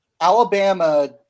Alabama